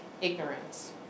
ignorance